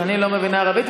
ואני לא מבינה ערבית,